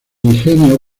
ingenio